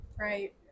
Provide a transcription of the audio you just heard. Right